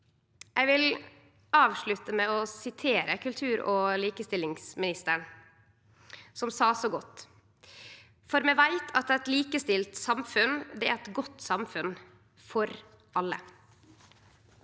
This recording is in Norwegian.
Eg vil avslutte med å sitere kultur- og likestillingsministeren, som sa det så godt: «Et likestilt samfunn er et godt samfunn – for alle.»